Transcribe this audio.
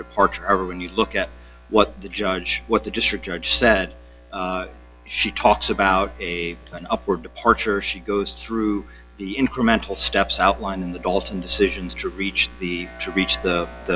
departure or when you look at what the judge what the district judge said she talks about a an up or departure she goes through the incremental steps outlined in the dalton decisions to reach the to reach the the